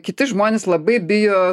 kiti žmuonės labai bijo